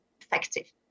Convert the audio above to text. effective